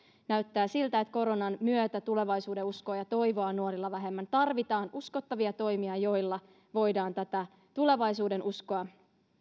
näyttää siltä että koronan myötä tulevaisuudenuskoa ja toivoa on nuorilla vähemmän tarvitaan uskottavia toimia joilla voidaan tätä tulevaisuudenuskoa